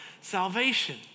salvation